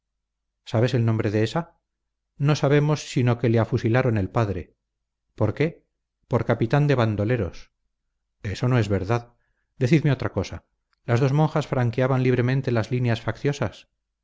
sabes el nombre de ésa no sabemos sino que le afusilaron el padre por qué por capitán de bandoleros eso no es verdad decidme otra cosa las dos monjas franqueaban libremente las líneas facciosas sí